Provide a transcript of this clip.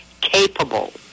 capable